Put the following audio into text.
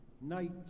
Night